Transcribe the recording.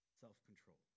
self-control